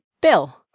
Bill